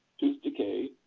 tooth decay,